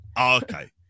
okay